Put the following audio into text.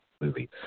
movie